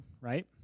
right